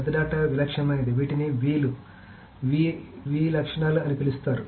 పెద్ద డేటా విలక్షణమైనది వీటిని v లు v లక్షణాలు అని పిలుస్తారు